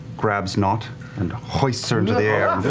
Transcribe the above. grabs nott and hoists her into the air